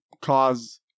cause